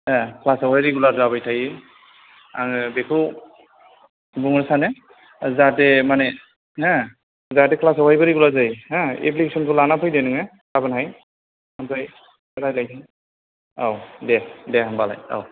क्लासाव हाय रिगुलार जाबाय थायो आङो बेखौ बुंनो सानो जाहाथे माने हो जाहाथे क्लासावहायबो रिगुलार जायो हो एप्लिकेसनखौ लानानै फैदो नोङो गाबोन हाय ओमफ्राइ रायलायदो औ दे दे होनबालाय औ